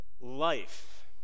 Life